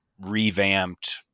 revamped